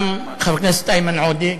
גם חבר הכנסת איימן עודה,